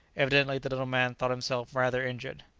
evidently the little man thought himself rather injured.